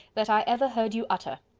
that i ever heard you utter.